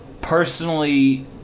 personally